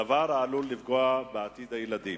והדבר עלול לפגוע בעתיד הילדים.